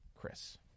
Chris